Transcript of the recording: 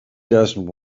doesn’t